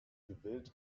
gewillt